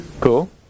Cool